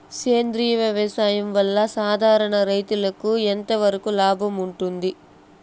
సేంద్రియ వ్యవసాయం వల్ల, సాధారణ రైతుకు ఎంతవరకు లాభంగా ఉంటుంది?